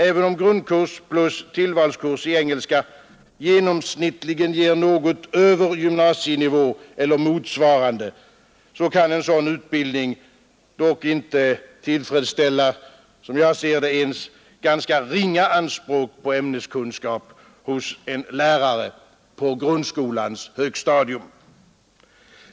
Även om grundkurs plus tillvalskurs i engelska genomsnittligt ger något över gymnasienivå eller motsvarande kan en sådan utbildning, som jag ser det, inte tillfredsställa ens ganska ringa anspråk på ämneskunskap hos en lärare på grundskolans högstadium.